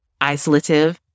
isolative